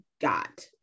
got